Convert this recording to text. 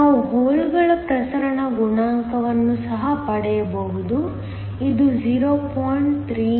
ನಾವು ಹೋಲ್ ಗಳ ಪ್ರಸರಣ ಗುಣಾಂಕವನ್ನು ಸಹ ಪಡೆಯಬಹುದು ಇದು 0